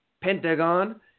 Pentagon